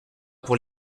pour